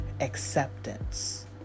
Acceptance